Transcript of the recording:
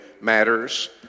matters